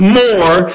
more